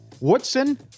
Woodson